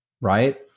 right